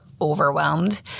overwhelmed